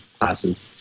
classes